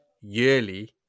yearly